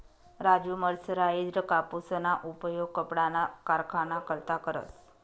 Raju mercerised कापूसना उपयोग कपडाना कारखाना करता करस